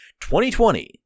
2020